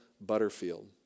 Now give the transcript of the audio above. Butterfield